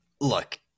Look